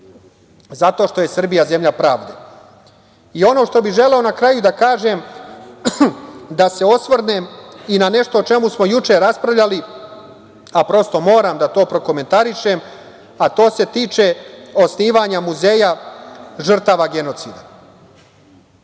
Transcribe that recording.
zato što je Srbija zemlja pravde. Ono što bih želeo na kraju da kažem, da se osvrnem i na nešto o čemu smo juče raspravljali, a prosto moram to da prokomentarišem, a to se tiče osnivanja Muzeja žrtava genocida.